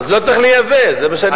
אז לא צריך לייבא, זה מה שאני אומר לך.